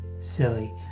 silly